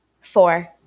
Four